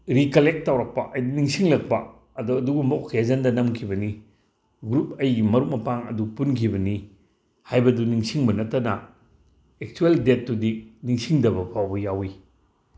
recollect ꯇꯧꯔꯛꯄ ꯍꯥꯏꯗꯤ ꯅꯤꯡꯁꯤꯡꯂꯛꯄ ꯑꯗꯣ ꯑꯗꯨꯒꯨꯝꯕ ꯑꯣꯀꯦꯖꯟꯗ ꯅꯝꯈꯤꯕꯅꯤ ꯒ꯭ꯔꯨꯞ ꯑꯩꯒꯤ ꯃꯔꯨꯞ ꯃꯄꯥꯡ ꯑꯗꯨ ꯄꯨꯟꯈꯤꯕꯅꯤ ꯍꯥꯏꯕꯗꯨ ꯅꯤꯡꯁꯤꯡꯕ ꯅꯠꯇꯅ ꯑꯦꯛꯆꯨꯋꯦꯜ ꯗꯦꯠꯇꯨꯗꯤ ꯅꯤꯡꯁꯤꯡꯗꯕ ꯐꯥꯎꯕ ꯌꯥꯎꯏ